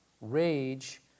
rage